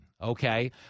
okay